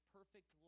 perfect